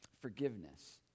forgiveness